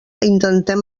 intentem